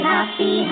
Happy